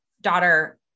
daughter